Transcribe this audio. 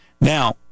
Now